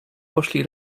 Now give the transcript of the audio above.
poszli